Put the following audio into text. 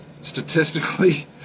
statistically